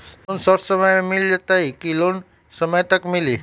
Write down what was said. Loan short समय मे मिल जाएत कि लोन समय तक मिली?